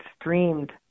streamed